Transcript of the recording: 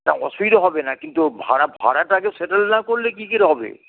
না অসুবিধা হবে না কিন্তু ভাড়া ভাড়াটা আগে সেটল না করলে কী করে হবে